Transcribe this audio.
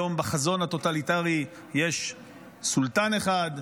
היום בחזון הטוטליטרי יש סולטן אחד,